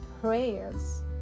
prayers